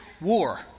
war